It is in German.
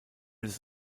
das